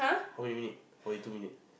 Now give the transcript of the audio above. how many minute forty two minute